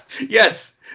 Yes